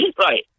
Right